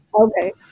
Okay